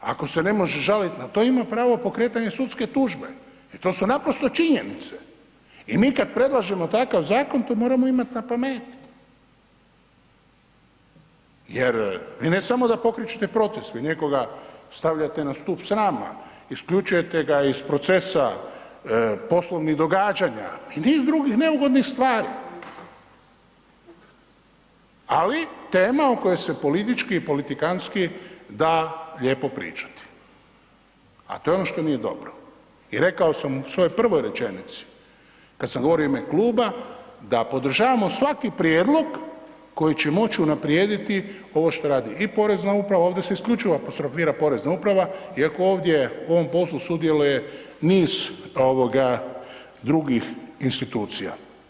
Ako se ne može žalit na to, ima pravo pokretanja sudske tužbe, e to su naprosto činjenice i mi kad predlažemo takav zakon, to moramo imat na pameti jer vi ne samo da pokrećete proces, vi nekoga stavljate na stup srama, isključujete ga iz procesa poslovnih događanja i niz drugih neugodnih stvari, ali tema o kojoj se politički i politikanski da lijepo pričati, a to je ono što nije dobro i rekao sam u svojoj prvoj rečenici kad sam govorio u ime kluba da podržavamo svaki prijedlog koji će moć unaprijediti ovo što radi i porezna uprava, ovdje se isključivo apostrofira porezna uprava iako ovdje u ovom poslu sudjeluje niz drugih institucija.